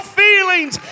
feelings